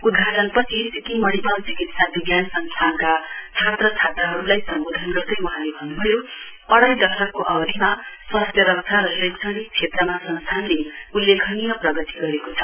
उद्घाटनपछि सिक्किम मणिपाल चिकित्सा विज्ञान संस्थानका छात्र छात्राहरुलाई सम्वोधन गर्दै वहाँले भन्नुभयो अढ़ाई दशकको अवधिमा शैक्षणिक क्षेत्रमा संस्थानले उल्लेखनीय प्रगति गरेको छ